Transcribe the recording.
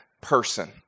person